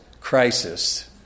crisis